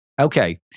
Okay